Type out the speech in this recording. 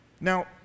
Now